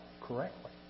correctly